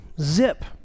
Zip